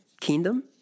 kingdom